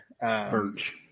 Birch